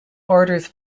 orders